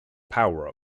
power